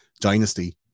dynasty